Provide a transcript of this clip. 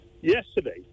Yesterday